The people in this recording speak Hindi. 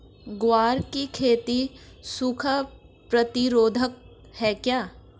ग्वार की खेती सूखा प्रतीरोधक है क्या?